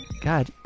God